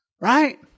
Right